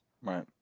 Right